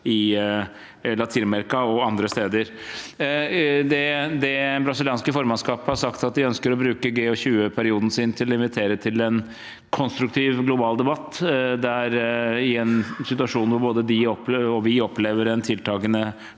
i LatinAmerika og andre steder. Det brasilianske formannskapet har sagt at de ønsker å bruke G20-perioden sin til å invitere til en konstruktiv, global debatt i en situasjon hvor både de og vi opplever en tiltakende